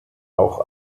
auch